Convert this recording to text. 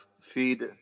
feed